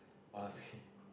honestly